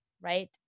right